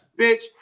Bitch